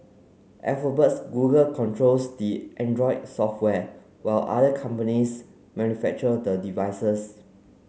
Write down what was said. Alphabet's Google controls the Android software while other companies manufacture the devices